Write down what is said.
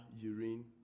urine